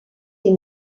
ses